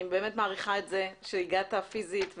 אני מעריכה שהגעת פיזית,